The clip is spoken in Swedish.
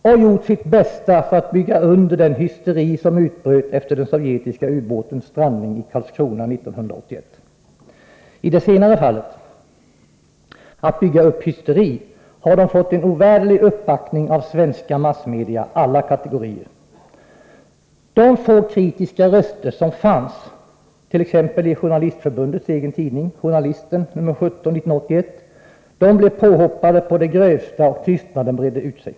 De har gjort sitt bästa för att bygga under den hysteri som utbröt efter den sovjetiska ubåtens strandning i Karlskrona 1981. När det gäller att bygga upp hysteri har de fått en ovärderlig uppbackning av svenska massmedia av alla kategorier. De få kritiska röster som fanns, t.ex. i Journalistförbundets egen tidning Journalisten nr 17/1981, blev påhoppade å det grövsta, och tystnaden bredde ut sig.